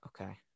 okay